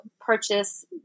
purchase